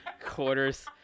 Quarters